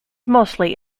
mostly